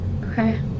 Okay